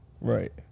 Right